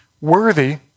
worthy